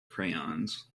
crayons